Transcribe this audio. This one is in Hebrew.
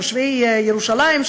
תושבי ירושלים,